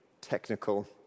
technical